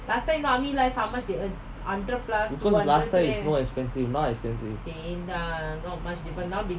because last time is not expensive now expensive